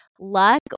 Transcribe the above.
luck